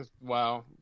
Wow